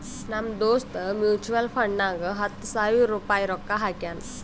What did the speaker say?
ನಮ್ ದೋಸ್ತ್ ಮ್ಯುಚುವಲ್ ಫಂಡ್ನಾಗ್ ಹತ್ತ ಸಾವಿರ ರುಪಾಯಿ ರೊಕ್ಕಾ ಹಾಕ್ಯಾನ್